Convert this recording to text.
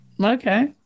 Okay